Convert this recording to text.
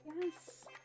Yes